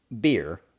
beer